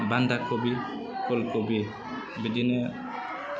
बान्दा कबि फुल कबि बिदिनो